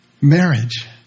Marriage